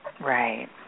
Right